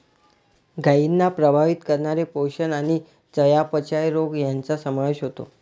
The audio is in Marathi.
गायींना प्रभावित करणारे पोषण आणि चयापचय रोग यांचा समावेश होतो